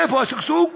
איפה השגשוג?